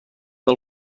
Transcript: del